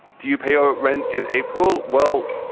do you pay your rent in april? well,